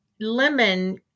lemon